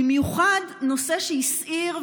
במיוחד נושא שהסעיר,